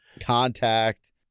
Contact